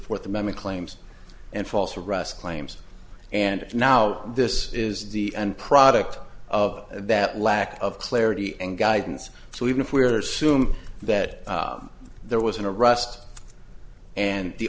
fourth amendment claims and false arrest claims and now this is the end product of that lack of clarity and guidance so even if we're sume that there was in a rust and the